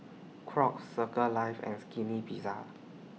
Crocs Circles Life and Skinny Pizza